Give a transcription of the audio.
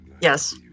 Yes